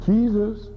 Jesus